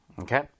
okay